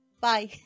bye